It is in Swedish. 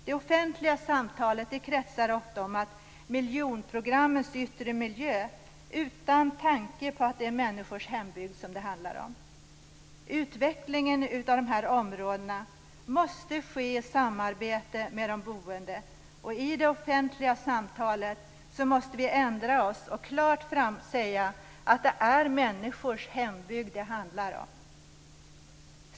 Det offentliga samtalet kretsar ofta kring miljonprogrammets yttre miljö utan tanke på att det är människors hembygd det handlar om. Utvecklingen av dessa områden måste ske i samarbete med de boende. I det offentliga samtalet måste vi ändra oss och klart säga att det är människors hembygd det handlar om.